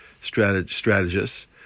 strategists